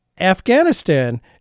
Afghanistan